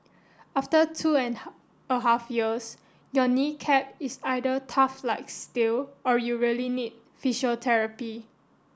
after two and a half years your knee cap is either tough like steel or you really need physiotherapy